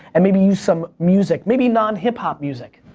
and maybe use some music, maybe non hip-hop music,